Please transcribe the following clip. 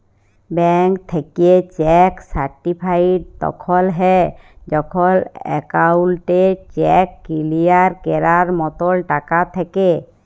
bank থ্যাইকে cheque certified তখল হ্যয় যখল একাউল্টে চ্যাক কিলিয়ার ক্যরার মতল টাকা থ্যাকে